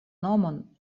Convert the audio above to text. nomon